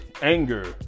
anger